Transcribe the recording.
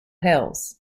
hills